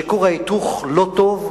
שכור ההיתוך לא היה טוב,